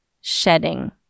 shedding